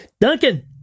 Duncan